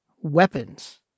weapons